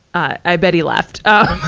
i bet he left. ah